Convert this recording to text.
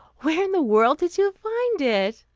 where in the world did you find it?